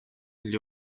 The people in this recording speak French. les